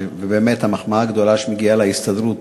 ובאמת המחמאה הגדולה שמגיעה להסתדרות